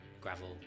gravel